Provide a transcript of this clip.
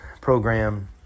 program